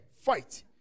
fight